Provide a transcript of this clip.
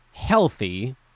healthy